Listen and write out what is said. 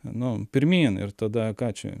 nu pirmyn ir tada ką čia